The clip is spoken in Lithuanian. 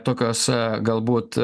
tokiose galbūt